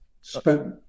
spent